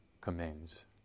commends